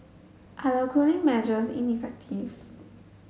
are the cooling measures ineffective